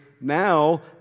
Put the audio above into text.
now